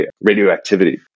radioactivity